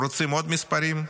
אתם רוצים עוד מספרים?